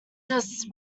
just